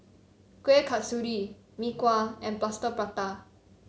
Kueh Kasturi Mee Kuah and Plaster Prata